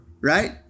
right